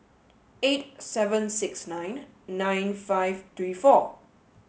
eight seven sixty nine nine five three four